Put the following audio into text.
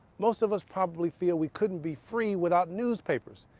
most of us probably feel we couldn't be free without newspapers.